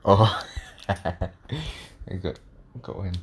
oh I got got one